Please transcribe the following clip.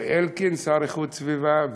אלקין השר להגנת הסביבה,